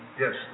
Yes